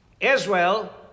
Israel